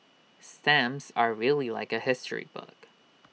stamps are really like A history book